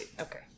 Okay